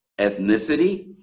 ethnicity